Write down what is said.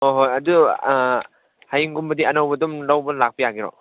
ꯍꯣꯏ ꯍꯣꯏ ꯑꯗꯨ ꯍꯌꯦꯡꯒꯨꯝꯕꯗꯤ ꯑꯅꯧꯕ ꯑꯗꯨꯝ ꯂꯧꯕ ꯂꯥꯛꯄ ꯌꯥꯒꯦꯔꯣ